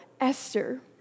Esther